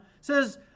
says